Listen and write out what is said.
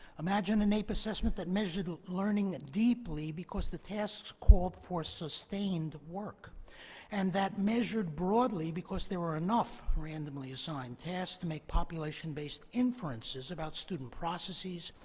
imagine a naep assessment that measured learning deeply because the tasks called for sustained work and that measured broadly because there were enough randomly assigned tasks to make population-based inferences about student processes,